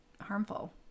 harmful